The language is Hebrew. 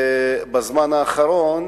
אבל בשנה האחרונה